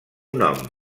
nom